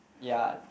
ya